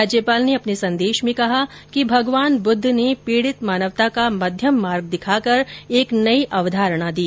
राज्यपाल ने अपने संदेश में कहा कि भगवान बुद्ध ने पीड़ित मानवता का मध्यम मार्ग दिखाकर एक नई अवधारणा दी